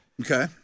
Okay